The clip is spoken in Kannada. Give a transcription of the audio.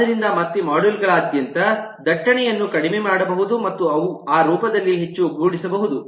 ಆದ್ದರಿಂದ ಮತ್ತೆ ಮಾಡ್ಯೂಲ್ ಗಳಾದ್ಯಂತ ದಟ್ಟಣೆಯನ್ನು ಕಡಿಮೆ ಮಾಡಬಹುದು ಮತ್ತು ಅವು ಆ ರೂಪದಲ್ಲಿ ಹೆಚ್ಚು ಒಗ್ಗೂಡಿಸಬಹುದು